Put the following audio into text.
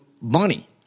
money